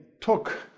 took